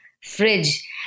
fridge